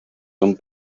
son